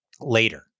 later